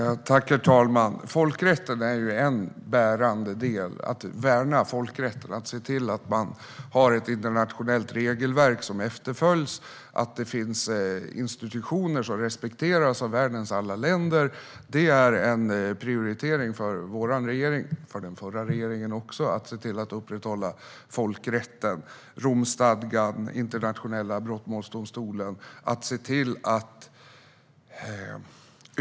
Herr talman! Att värna folkrätten är en bärande del. Att vi har ett internationellt regelverk som efterföljs och att det finns institutioner som respekteras av världens alla länder är prioriterat för vår regering, också för denna förra regeringen, för att upprätthålla folkrätten, Romstadgan och internationella brottmålsdomstolen.